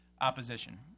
opposition